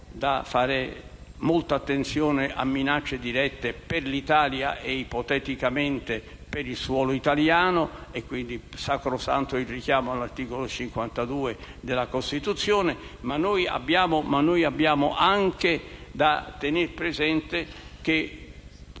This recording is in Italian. fare molta attenzione a minacce dirette per l'Italia e ipoteticamente per il suolo italiano. È sacrosanto il richiamo all'articolo 52 della Costituzione, ma noi dobbiamo anche tenere presente che